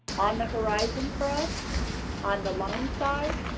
on the horizon for us on the loan side,